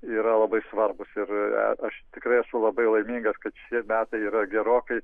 yra labai svarbūs ir aš tikrai esu labai laimingas kad šie metai yra gerokai